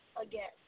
again